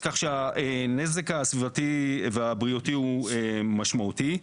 אז כך שהנזק הסביבתי והבריאותי הוא משמעותי.